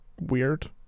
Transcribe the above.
weird